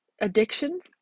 addictions